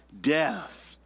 Death